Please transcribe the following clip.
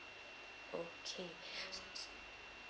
okay